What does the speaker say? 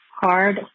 hard